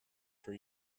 for